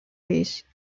base